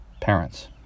parents